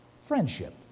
Friendship